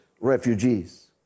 refugees